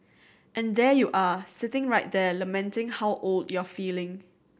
and there you are sitting right there lamenting how old you're feeling